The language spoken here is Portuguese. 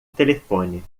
telefone